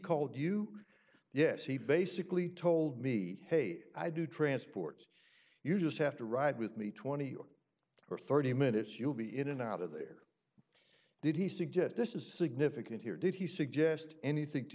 called you yes he basically told me hey i do transport you just have to ride with me twenty or thirty minutes you'll be in and out of there did he suggest this is significant here did he suggest anything to